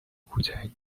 کوچک